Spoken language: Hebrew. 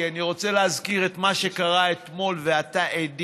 כי אני רוצה להזכיר את מה שקרה אתמול ואתה עדי